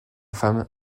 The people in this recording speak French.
femme